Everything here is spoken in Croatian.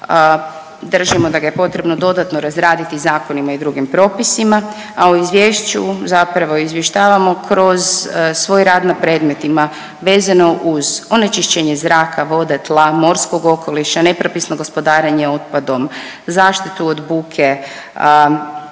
Držimo da ga je potrebno dodatno razraditi zakonima i drugim propisima, a o izvješću zapravo izvještavamo kroz svoj rad na predmetima vezano uz onečišćenje zraka, vode, tla, morskog okoliša, nepropisno gospodarenje otpadom, zaštitu od buke,